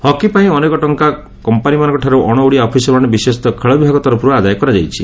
hockey ପାଇଁ ଅନେକ ଟଙ୍କା କମ୍ପାନୀମାନଙ୍କଠାରୁ ଅଣ ଓଡ଼ିଆ ଅଫିସରମାନେ ବିଶେଷତଃ ଖେଳ ବିଭାଗ ତରଫର୍ ଆଦାୟ କରାଯାଇଛି